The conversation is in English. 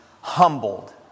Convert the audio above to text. humbled